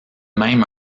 même